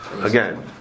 Again